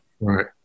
right